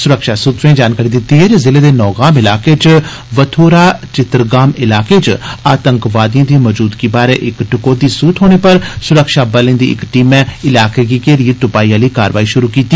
सुरक्षा सूत्रे जानकारी दिती ऐ जे जिले दे नौगाम इलाके च वथूरा चितरगाम इलाके च आतंकवादियें दी मजूदगी बारै इक टकोहदी सूह थोने पर सुरक्षा बलें दी इक टीमै इलाके गी घेरियै तुपाई आली कारवाई शुरु कीती